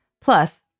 Plus